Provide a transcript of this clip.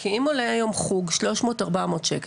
כי אם עולה היום חוק 300 או 400 ₪,